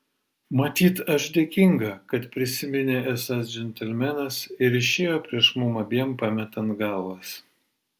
matyt aš dėkinga kad prisiminė esąs džentelmenas ir išėjo prieš mums abiem pametant galvas